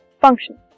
function